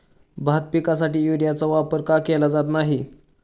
भात पिकासाठी युरियाचा वापर का केला जात नाही?